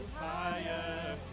higher